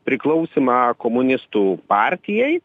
priklausymą komunistų partijai